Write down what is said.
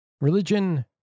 Religion